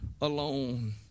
alone